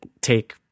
take